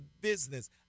business